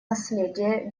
наследия